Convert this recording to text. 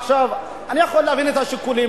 אני יכול להבין את השיקולים.